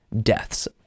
deaths